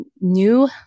new